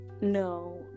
No